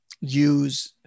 use